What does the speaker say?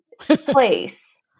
place